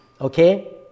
Okay